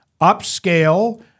Upscale